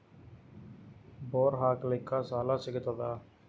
Bore ಹಾಕಲಿಕ್ಕ ಸಾಲ ಸಿಗತದ?